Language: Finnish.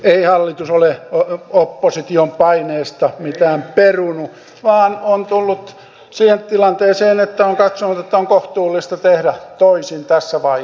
ei hallitus ole opposition paineesta mitään perunut vaan on tullut siihen tilanteeseen että on katsonut että on kohtuullista tehdä toisin tässä vaiheessa